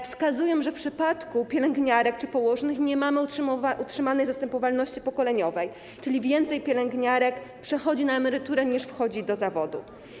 Wskazują, że w przypadku pielęgniarek czy położnych nie mamy utrzymanej zastępowalności pokoleń, czyli więcej pielęgniarek przechodzi na emeryturę niż wchodzi do zawodu.